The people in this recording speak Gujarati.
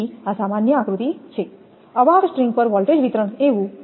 તેથી આ સામાન્ય આકૃતિ છે અવાહક સ્ટ્રિંગ પર વોલ્ટેજ વિતરણ એવું